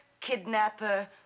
kidnapper